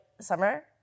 Summer